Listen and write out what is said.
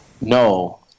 No